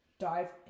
dive